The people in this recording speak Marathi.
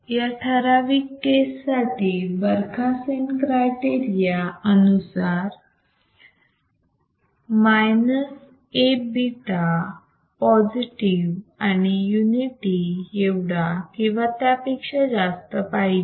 या ठराविक केस साठी बरखासेन क्रायटेरिया नुसार मायनस A बीटा पॉझिटिव्ह आणि युनिटी एवढा किंवा त्यापेक्षा जास्त पाहिजे